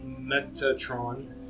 Metatron